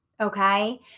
Okay